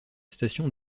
station